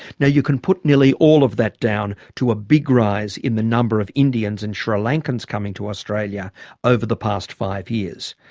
now you can put nearly all of that down to a big rise in the number of indians and sri lankans coming to australia over the past five years.